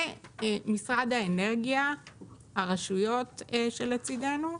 זה משרד האנרגיה והרשויות שלצידנו.